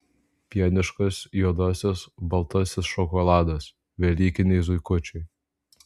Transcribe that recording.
pieniškas juodasis baltasis šokoladas velykiniai zuikučiai